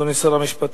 אדוני שר המשפטים,